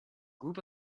group